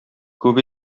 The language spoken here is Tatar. күп